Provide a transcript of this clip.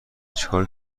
چیکار